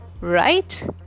right